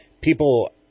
people